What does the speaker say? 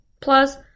Plus